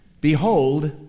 Behold